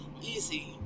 easy